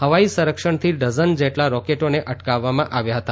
હવાઇ સંરક્ષણથી ડઝન જેટલા રોકેટોને અટકાવવામાં આવ્યા હતા